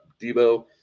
Debo